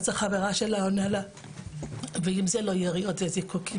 אז החברה שלה עונה לה: 'ואם זה לא יריות זה זיקוקים,